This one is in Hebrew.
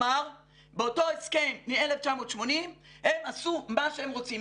באותו הסכם מ-1980 הם עשו מה שהם רוצים,